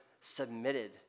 submitted